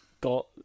got